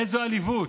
איזו עליבות.